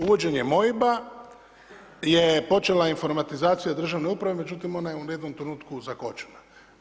Uvođenjem OIB-a je počela informatizacija državne uprave međutim ona je u jednom trenutku zakočena.